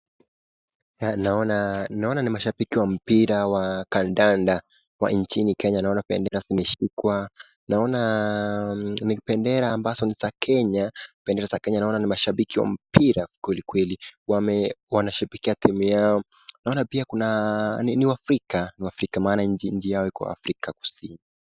Naona ni mashabiki wa mpira wa kandanda wa nchini Kenya. Naona bendera zimeshikwa. Naona ni bendera ambazo ni za Kenya. Bendera za Kenya. Naona ni mashabiki wa mpira kweli kweli. Wana shabikia timu yao. Naona pia kuna ni Waafrika, ni Waafrika maana nchi yao iko Afrika Kusini.